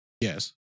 Yes